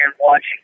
watching